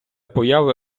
появи